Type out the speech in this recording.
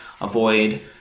Avoid